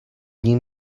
ním